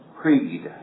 Creed